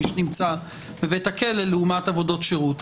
מי שנמצא בבית הכלא לעומת עבודות שירות.